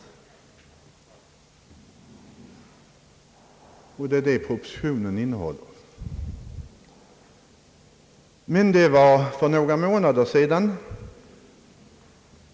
Propositionen innehåller detta förslag. Detta var dock för några månader sedan.